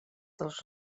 dels